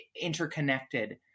interconnected